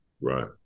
Right